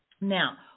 Now